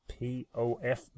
pof